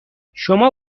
شما